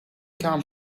come